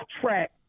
track